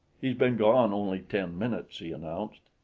he's been gone only ten minutes, he announced.